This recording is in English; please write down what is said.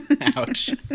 Ouch